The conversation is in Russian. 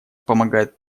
помогает